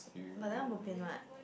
but that one bopian what